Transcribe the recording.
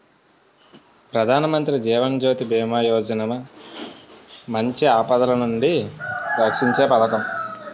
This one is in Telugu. ప్రధానమంత్రి జీవన్ జ్యోతి బీమా యోజన మంచి ఆపదలనుండి రక్షీంచే పదకం